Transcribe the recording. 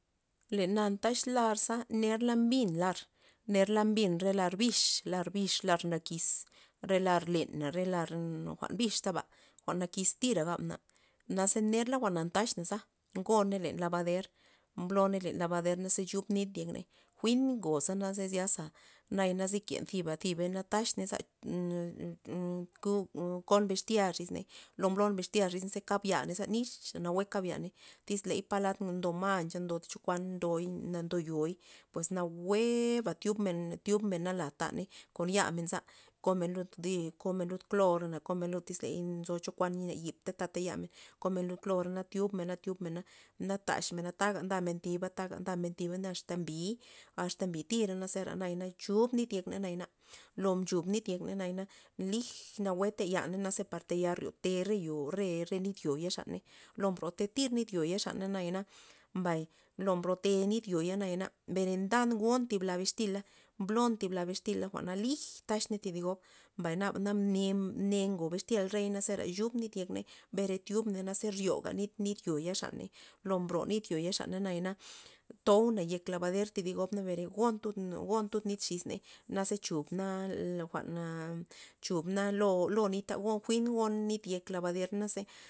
Le na ndax lar za nerla mbin lar, nerla mbin re lar bix lar bix lar nakis re lar lena re lar jwa'n bixtaba jwa'n nakistira gabna, naze nerla jwa'na ndaxna ngoney len labader mbloney len labadaer na chub na nit yekney jwi'n ngoza zyasa naya ziken ziba ziba na taxney nza ku kon bixtila xiz ney lo blon bixtya xis ney kab yaney nixa nawue kab yaney tyz ley poland ndo mancha ndo chokuan ndoy na ndoyoi', pues nawueba tyobmen tyubmen lad taney kon ya menza komen lud di' komen klora komen tyz ley nzo chokuan na yipta tata yamen komen lud klora na tyubmena- tyubmena na taxmena tagamen thiba taga ndamen thiba thiba asta mbiy asta mbitira za zera na naya chub nit yekney nayana, lo mxub nit yekney nayana lij nawue tayan nazepar tayal ryote re yo' re- re nit yo xaney lo mbrote tir nit yo xaney na, mbay lo mbrote nit yo nayana bere ndan ngon thi bla bixtila mblon thib lad bixtilana jwa'na lij taxmena thi gob mbay naba na mne mne ngo bixtil rey na zera chub nit yekney bere chubmena zera ryoga nit- nit yo- yo xaney lo mbroy nit yo ya' zaney nayana touna yek labader thidi gob na bere gon tud gon tud nit xis ney naze chubna la jwa'n a chubna lo lo nita jwi'n gon nit len yek labader naze.